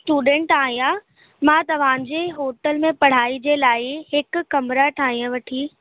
student आहियां मां तव्हांजे होटल में पढ़ाई जे लाइ हिक कमिरा ठाय वठी